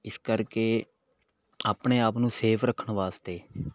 ਇਸ ਕਰਕੇ ਆਪਣੇ ਆਪ ਨੂੰ ਸੇਫ ਰੱਖਣ ਵਾਸਤੇ